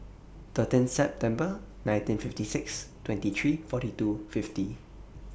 thirteen September nineteen fifty six twenty three forty two fifty